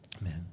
Amen